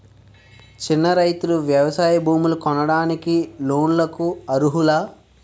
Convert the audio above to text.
చిన్న రైతులు వ్యవసాయ భూములు కొనడానికి లోన్ లకు అర్హులా?